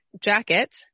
jacket